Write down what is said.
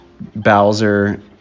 Bowser